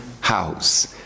house